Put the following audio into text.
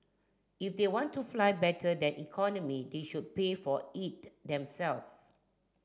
if they want to fly better than economy they should pay for it themselves